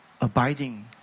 abiding